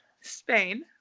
Spain